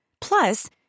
Plus